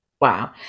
Wow